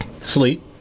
sleep